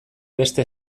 beste